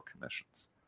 commissions